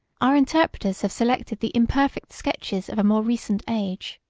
our interpreters have selected the imperfect sketches of a more recent age.